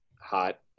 hot